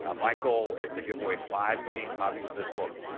um my goal is to give away five million copies of this book.